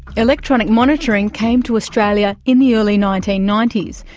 electronic monitoring came to australia in the early nineteen ninety s,